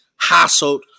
hassled